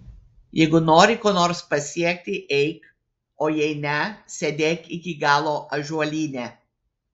jeigu nori ko nors pasiekti eik o jei ne sėdėk iki galo ąžuolyne